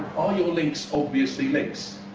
are your links obviously links?